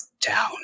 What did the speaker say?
down